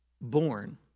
born